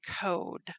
code